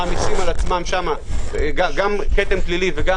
מעמיסים על עצמם שם גם כתם פלילי וגם